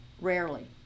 Rarely